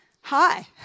hi